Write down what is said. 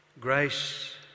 grace